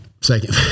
second